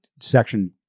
section